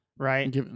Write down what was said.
Right